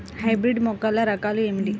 Hybrid మొక్కల రకాలు ఏమిటి?